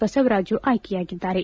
ಬಸವರಾಜು ಆಯ್ಕೆಯಾಗಿದ್ದಾರೆ